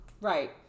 Right